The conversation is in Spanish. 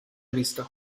visto